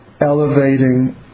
elevating